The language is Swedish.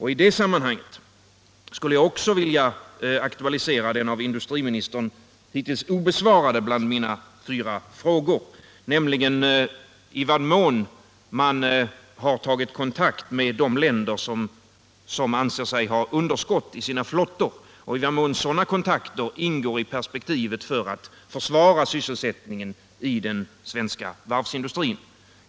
I det sammanhanget skulle jag också vilja aktualisera den av industriministern hittills obesvarade av mina fyra frågor, nämligen frågan om i vad mån regeringen tagit kontakt med de länder som anser sig ha underskott i sina flottor och i vad mån sådana kontakter ingår i perspektivet för att försvara sysselsättningen inom den svenska varvsindustrin.